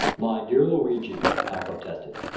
my dear luigi, i protested,